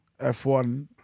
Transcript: F1